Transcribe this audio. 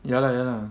ya lah ya lah